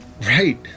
Right